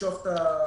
למשוך את הבקשה.